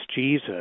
Jesus